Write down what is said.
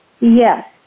Yes